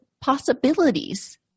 possibilities